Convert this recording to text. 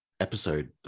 episode